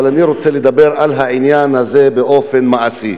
אבל אני רוצה לדבר על העניין הזה באופן מעשי.